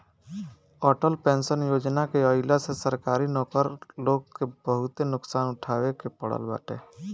Atal pension Yojana के आईला से सरकारी नौकर लोग के बहुते नुकसान उठावे के पड़ल बाटे